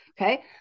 Okay